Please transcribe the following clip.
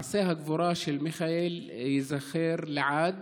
מעשה הגבורה של מיכאל ייזכר לעד.